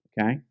Okay